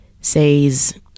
says